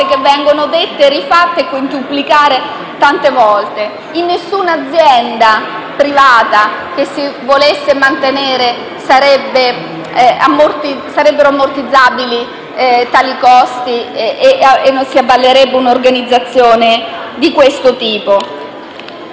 vengono dette e fatte tante volte. In nessuna azienda privata che si volesse mantenere sarebbero ammortizzabili tali costi e si avallerebbe un'organizzazione di questo tipo.